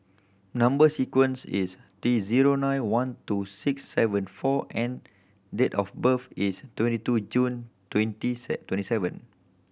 number sequence is T zero nine one two six seven four N date of birth is twenty two June twenty twenty seven